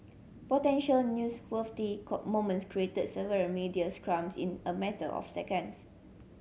potential news cop moments created several media scrums in a matter of seconds